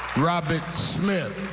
robert smith.